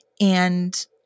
and-